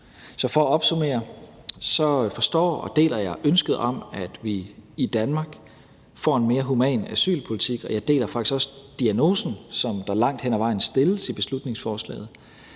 Så for at opsummere: Jeg forstår og deler ønsket om, at vi i Danmark får en mere human asylpolitik, og jeg deler faktisk også diagnosen, der stilles i beslutningsforslaget,